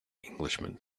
englishman